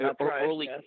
early